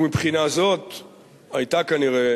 ומבחינה זו היתה כנראה